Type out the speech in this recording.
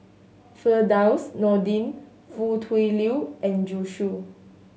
Firdaus Nordin Foo Tui Liew and Zhu Xu